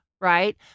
Right